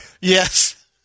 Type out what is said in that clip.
Yes